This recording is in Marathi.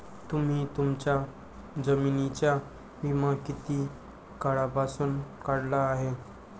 तुम्ही तुमच्या जमिनींचा विमा किती काळापासून काढला आहे?